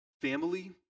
family